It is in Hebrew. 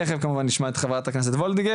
תכף כמובן נשמע את חה"כ וולדיגר,